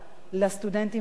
לסטודנטים בישראל.